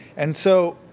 and so,